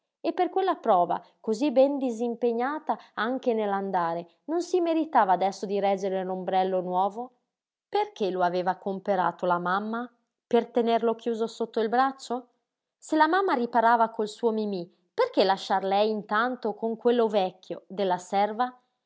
e per quella prova cosí ben disimpegnata anche nell'andare non si meritava adesso di reggere l'ombrello nuovo perché lo aveva comperato la mamma per tenerlo chiuso sotto il braccio se la mamma riparava col suo mimí perché lasciar lei intanto con quello vecchio della serva